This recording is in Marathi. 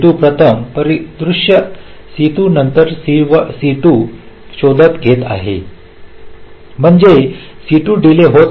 प्रथम परिदृश्य C2 नंतर C2 चा शोध घेत आहे म्हणजे C2 डीले होत आहे